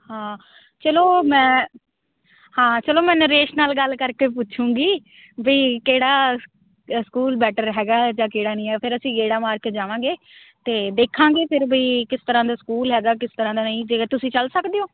ਹਾਂ ਚਲੋ ਮੈਂ ਹਾਂ ਚਲੋ ਮੈਂ ਨਰੇਸ਼ ਨਾਲ ਗੱਲ ਕਰਕੇ ਪੁੱਛੂਗੀ ਵੀ ਕਿਹੜਾ ਸਕੂਲ ਬੈਟਰ ਹੈਗਾ ਜਾਂ ਕਿਹੜਾ ਨਹੀਂ ਹੈ ਫਿਰ ਅਸੀਂ ਗੇੜਾ ਮਾਰ ਕੇ ਜਾਵਾਂਗੇ ਅਤੇ ਦੇਖਾਂਗੇ ਫਿਰ ਵੀ ਕਿਸ ਤਰ੍ਹਾਂ ਦਾ ਸਕੂਲ ਹੈਗਾ ਕਿਸ ਤਰ੍ਹਾਂ ਦਾ ਨਹੀਂ ਜੇਕਰ ਤੁਸੀਂ ਚੱਲ ਸਕਦੇ ਹੋ